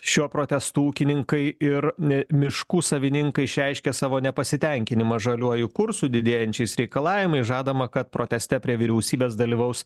šiuo protestu ūkininkai ir ne miškų savininkai išreiškia savo nepasitenkinimą žaliuoju kursu didėjančiais reikalavimais žadama kad proteste prie vyriausybės dalyvaus